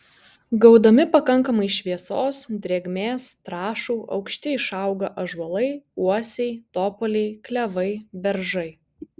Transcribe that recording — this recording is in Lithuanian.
gaudami pakankamai šviesos drėgmės trąšų aukšti išauga ąžuolai uosiai topoliai klevai beržai